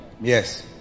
Yes